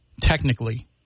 technically